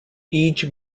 each